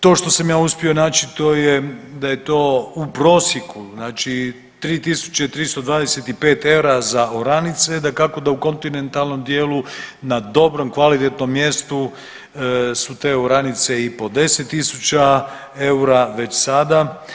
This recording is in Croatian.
To što sam ja uspio naći to je, da je to u prosjeku, znači 3325 eura za oranice, dakako da u kontinentalnom dijelu na dobrom, kvalitetnom mjestu su te oranice i po 10 000 eura već sada.